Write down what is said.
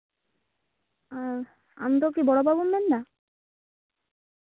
ᱦᱮᱸ ᱟᱢ ᱫᱚ ᱠᱤ ᱵᱚᱲᱚ ᱵᱟᱹᱵᱩᱢ ᱢᱮᱱᱮᱫᱟ